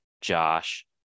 Josh